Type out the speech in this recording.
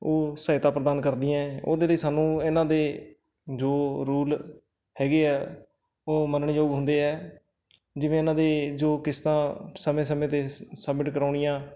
ਉਹ ਸਹਾਇਤਾ ਪ੍ਰਦਾਨ ਕਰਦੀਆਂ ਉਹਦੇ ਲਈ ਸਾਨੂੰ ਇਹਨਾਂ ਦੇ ਜੋ ਰੂਲ ਹੈਗੇ ਆ ਉਹ ਮੰਨਣਯੋਗ ਹੁੰਦੇ ਆ ਜਿਵੇਂ ਇਹਨਾਂ ਦੀਆਂ ਜੋ ਕਿਸਤਾਂ ਸਮੇਂ ਸਮੇਂ 'ਤੇ ਸ ਸਬਮਿਟ ਕਰਾਉਣੀਆਂ